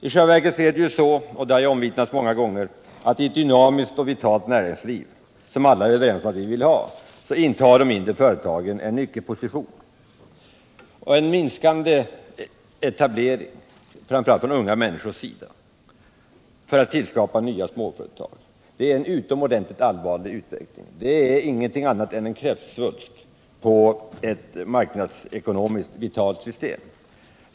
I själva verket är det så — det har omvittnats många gånger — att i ett dynamiskt och vitalt näringsliv, som ju alla vill ha, intar de mindre företagen en nyckelposition. En minskande etablering framför allt från unga människors sida för att tillskapa nya småföretag är en utomordentligt allvarlig utveckling. Det är ingenting annat än en kräftsvulst på ett marknadsekonomiskt vitalt system.